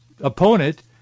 opponent